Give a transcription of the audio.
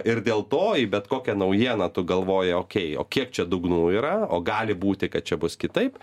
ir dėl to į bet kokią naujieną tu galvoji okei o kiek čia dugnų yra o gali būti kad čia bus kitaip